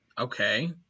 Okay